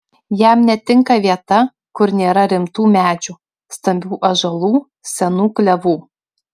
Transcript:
jam netinka vieta kur nėra rimtų medžių stambių ąžuolų senų klevų